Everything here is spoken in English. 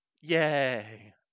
yay